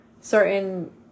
certain